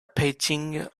painting